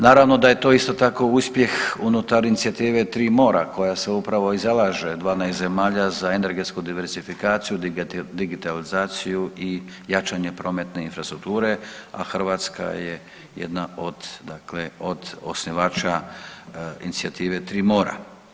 Naravno da je to isto tako uspjeh unutar Inicijative tri mora koja se upravo i zalaže 12 zemalja za energetsku diversifikaciju, digitalizaciju i jačanje prometne infrastrukture, a Hrvatska je jedna od dakle od osnivača Inicijative tri mora.